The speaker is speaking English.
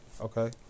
okay